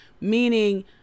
meaning